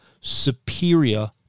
superior